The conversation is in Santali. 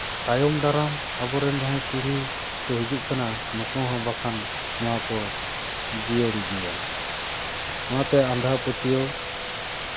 ᱛᱟᱭᱚᱢ ᱫᱟᱨᱟᱢ ᱟᱵᱚ ᱨᱮᱱ ᱡᱟᱦᱟᱸᱭ ᱯᱤᱲᱦᱤ ᱠᱚ ᱦᱤᱡᱩᱜ ᱠᱟᱱᱟ ᱱᱩᱠᱩ ᱦᱚᱸ ᱵᱟᱠᱷᱟᱱ ᱱᱚᱶᱟ ᱠᱚ ᱡᱤᱭᱟᱹᱲ ᱤᱫᱤᱭᱟ ᱚᱱᱟᱛᱮ ᱟᱸᱫᱷᱟᱯᱟᱹᱛᱭᱟᱹᱣ